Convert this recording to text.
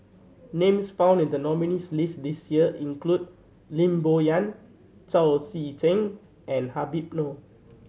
names found in the nominees' list this year include Lim Bo Yam Chao Tzee Cheng and Habib Noh